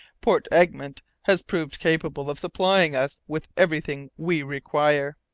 port egmont has proved capable of supplying us with everything we require.